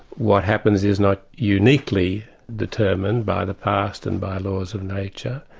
what happens is not uniquely determined by the past and by laws of nature,